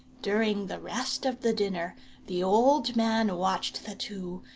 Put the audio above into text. during the rest of the dinner the old man watched the two,